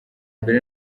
mbere